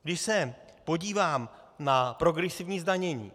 Když se podívám na progresivní zdanění.